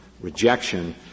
rejection